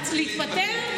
אתם צריכים להתפטר.